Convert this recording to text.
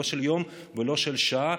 לא של יום ולא של שעה,